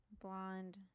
blonde